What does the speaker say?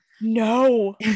no